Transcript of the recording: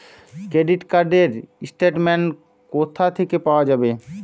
Credit card র statement কোথা থেকে পাওয়া যাবে?